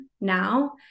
now